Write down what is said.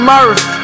Murph